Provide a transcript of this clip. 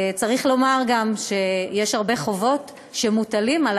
צריך לומר גם שעל העצמאים מוטלות חובות רבות.